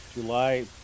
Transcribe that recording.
July